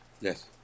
Yes